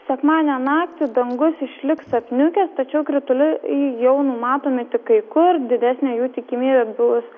sekmadienio naktį dangus išliks apniukęs tačiau krituliai jau numatomi tik kai kur didesnė jų tikimybė bus